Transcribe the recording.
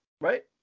right